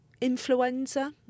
influenza